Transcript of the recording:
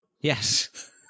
Yes